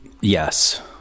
Yes